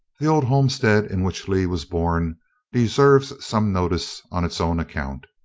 the old homestead in which lee was born deserves some notice on its own account.